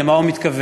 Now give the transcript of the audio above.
למה הוא מתכוון?